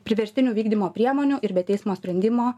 priverstinio vykdymo priemonių ir be teismo sprendimo